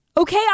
Okay